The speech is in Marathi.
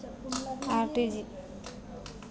आर.टी.जी.एस कसे करायचे?